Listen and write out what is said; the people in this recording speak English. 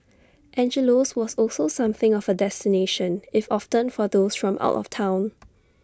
Angelo's was also something of A destination if often for those from out of Town